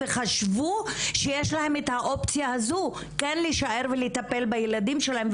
וחשבו שיש להן את האופציה הזו כן להישאר ולטפל בילדים שלהם,